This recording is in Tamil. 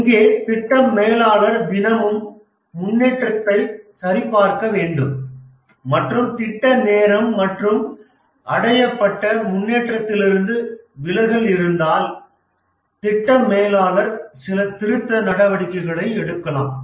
இங்கே திட்ட மேலாளர் தினமும் முன்னேற்றத்தை சரிபார்க்க வேண்டும் மற்றும் திட்ட நேரம் மற்றும் அடையப்பட்ட முன்னேற்றத்திலிருந்து விலகல் இருந்தால் திட்ட மேலாளர் சில திருத்த நடவடிக்கைகளை எடுக்கலாம்